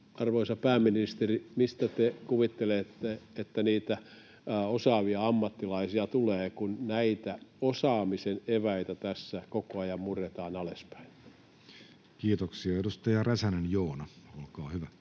Arvoisa pääministeri, mistä te kuvittelette, että niitä osaavia ammattilaisia tulee, kun näitä osaamisen eväitä tässä koko ajan murretaan alaspäin? Kiitoksia. — Edustaja Räsänen, Joona, olkaa hyvä.